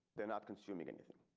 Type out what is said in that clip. they're not consuming anything.